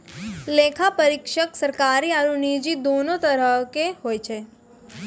लेखा परीक्षक सरकारी आरु निजी दोनो तरहो के होय छै